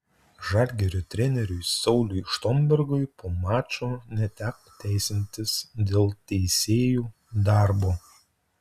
žalgirio treneriui sauliui štombergui po mačo neteko teisintis dėl teisėjų darbo